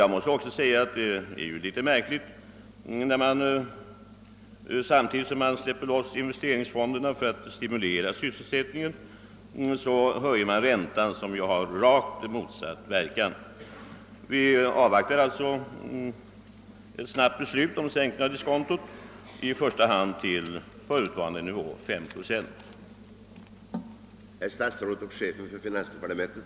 Jag måste också säga att det är litet märkligt, att man samtidigt som man släpper loss investeringsfonderna för att stimulera sysselsättningen höjer räntan, något som ju får en rakt motsatt effekt. Vi avvaktar alltså ett snabbt beslut om sänkning av diskontot i första hand till förutvarande nivå, 5 procent.